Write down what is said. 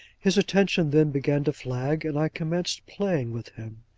his attention then began to flag, and i commenced playing with him.